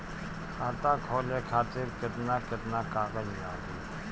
खाता खोले खातिर केतना केतना कागज लागी?